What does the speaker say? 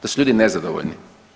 Da su ljudi nezadovoljni.